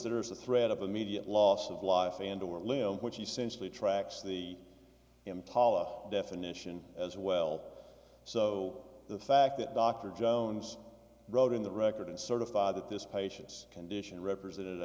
there is the threat of immediate loss of life and or limb which essentially tracks the impala definition as well so the fact that dr jones wrote in the record and certify that this patient's condition represented